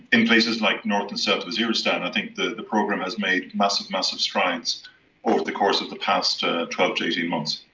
in places like north and south waziristan i think the program has made massive massive strides over the course of the past twelve to eighteen months.